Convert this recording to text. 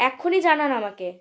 এক্ষুনি জানান আমাকে